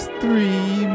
three